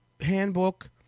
handbook